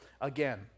again